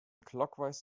clockwise